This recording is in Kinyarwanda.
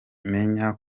menya